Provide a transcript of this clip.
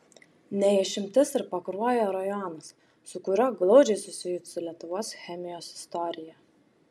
ne išimtis ir pakruojo rajonas su kuriuo glaudžiai susijusi lietuvos chemijos istorija